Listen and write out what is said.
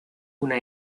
una